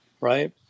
right